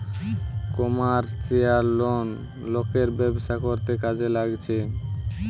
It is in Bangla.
কমার্শিয়াল লোন লোকের ব্যবসা করতে কাজে লাগছে